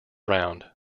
round